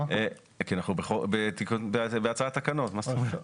כי אנחנו בהצעת תקנות, מה זאת אומרת?